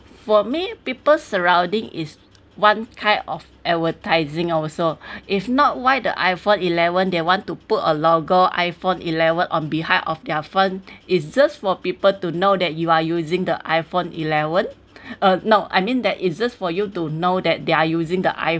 for me people surrounding is one kind of advertising also if not why the iphone eleven they want to put a logo iphone eleven on behind of their phone it's just for people to know that you are using the iphone eleven uh no I mean that is just for you to know that they're using the